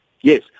Yes